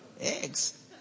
eggs